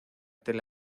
tel